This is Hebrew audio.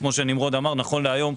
כמו שנמרוד אמר: נכון להיום,